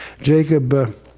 Jacob